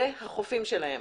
אלה החופים שלהם.